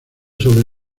sobre